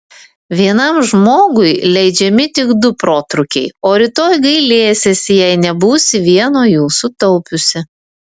vienam žmogui leidžiami tik du protrūkiai o rytoj gailėsiesi jei nebūsi vieno jų sutaupiusi